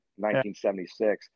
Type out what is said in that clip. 1976